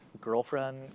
girlfriend